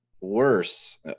worse